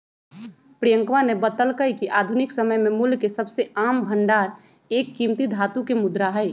प्रियंकवा ने बतल्ल कय कि आधुनिक समय में मूल्य के सबसे आम भंडार एक कीमती धातु के मुद्रा हई